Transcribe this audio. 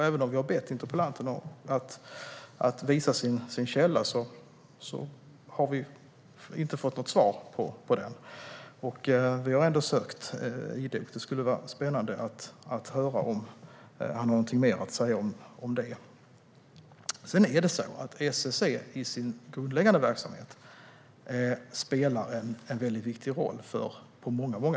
Även om vi har bett interpellanten att visa sin källa har vi inte fått något svar. Vi har ändå sökt idogt. Det skulle vara spännande att höra om han har något mer att säga. SSC i sin grundläggande verksamhet spelar en viktig roll på många plan.